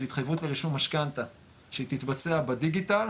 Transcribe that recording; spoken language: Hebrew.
התחייבות לרישום משכנתא שהיא תתבצע בדיגיטל,